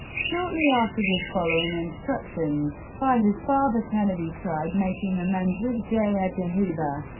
shortly after this, following instructions by his father, kennedy tried making amends with j. edgar hoover.